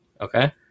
Okay